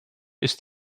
ist